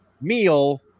meal